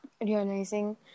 realizing